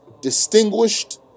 distinguished